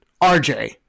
RJ